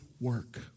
work